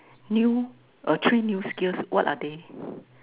new err three new skills what are they